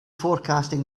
forecasting